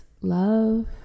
love